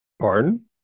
Pardon